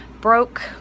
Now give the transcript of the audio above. broke